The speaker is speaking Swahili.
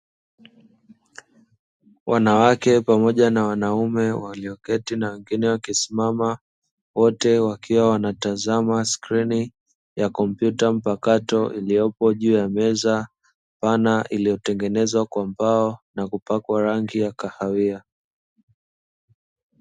Wanawake pamoja na wanaume walioketi na wengine wakisimama, wote wakiwa wanatazama skrini ya kompyuta mpakato iliyopo juu ya meza pana, iliyotengenezwa kwa mbao na kupakwa rangi ya kahawia.